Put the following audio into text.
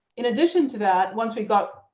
in addition to that, once we got,